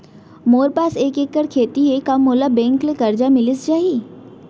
मोर पास एक एक्कड़ खेती हे का मोला बैंक ले करजा मिलिस जाही?